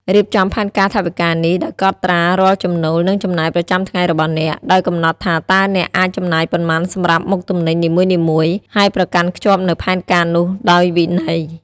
រៀបចំផែនការថវិកានេះដោយកត់ត្រារាល់ចំណូល និងចំណាយប្រចាំថ្ងៃរបស់អ្នក ដោយកំណត់ថាតើអ្នកអាចចំណាយប៉ុន្មានសម្រាប់មុខទំនិញនីមួយៗ ហើយប្រកាន់ខ្ជាប់នូវផែនការនោះដោយវិន័យ។